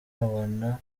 abana